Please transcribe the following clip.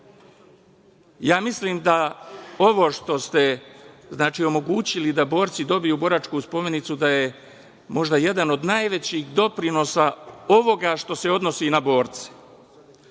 mislim da ovo što ste omogućili da borci dobiju boračku spomenicu, da je možda jedan od najvećih doprinosa ovoga što se odnosi na borce.